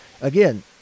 again